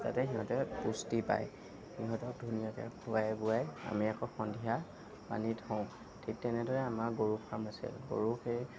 যাতে সিহঁতে পুষ্টি পায় সিহঁতক ধুনীয়াকৈ খুৱাই বোৱাই আমি আকৌ সন্ধিয়া বান্ধি থওঁ ঠিক তেনেদৰে আমাৰ গৰুৰ ফাৰ্ম আছে গৰু সেই